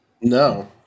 no